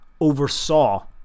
oversaw